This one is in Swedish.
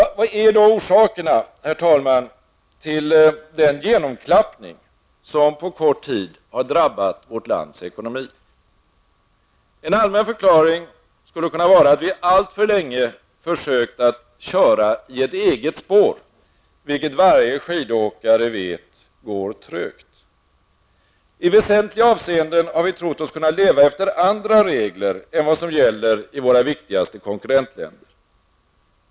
Vad är då orsakerna, herr talman, till den genomklappning som på kort tid har drabbat vårt lands ekonomi? En allmän förklaring skulle kunna vara att vi alltför länge försökt att köra i ett eget spår, vilket varje skidåkare vet går trögt. I väsentliga avseenden har vi trott oss kunna leva efter andra regler än vad som gäller i våra viktigaste konkurrentländer.